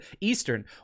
Eastern